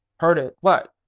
heard it? what?